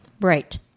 right